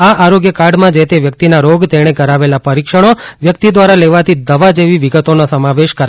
આ આરોગ્ય કાર્ડમાં જે તે વ્યકિતના રોગ તેણે કરાવેલા પરીક્ષણો વ્યકિત ધ્વારા લેવાતી દવા જેવી વિગતોનો સમાવેશ કરાયો છે